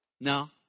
No